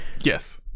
Yes